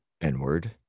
n-word